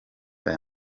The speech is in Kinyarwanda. aya